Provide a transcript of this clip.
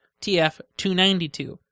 tf292